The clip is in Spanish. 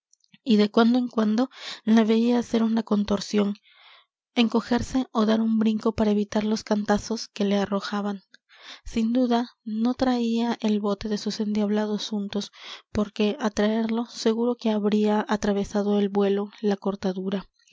y de cuando en cuando la veía hacer una contorsión encogerse ó dar un brinco para evitar los cantazos que le arrojaban sin duda no traía el bote de sus endiablados untos porque á traerlo seguro que habría atravesado al vuelo la cortadura